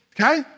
okay